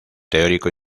teórico